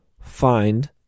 find